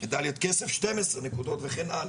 על מדליית כסף שתים עשרה נקודות, וכן הלאה.